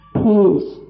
peace